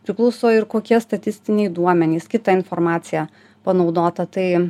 priklauso ir kokie statistiniai duomenys kita informacija panaudota tai